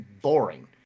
boring